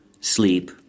sleep